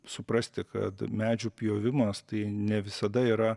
suprasti kad medžių pjovimas tai ne visada yra